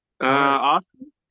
Austin